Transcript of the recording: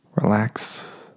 relax